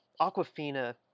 Aquafina